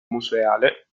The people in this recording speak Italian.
museale